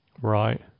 Right